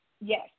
Yes